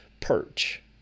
perch